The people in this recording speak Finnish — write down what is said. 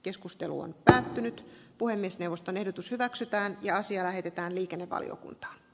keskustelu on lähtenyt puhemiesneuvoston ehdotus hyväksytään ja asia lähetetään liikennevaliokunta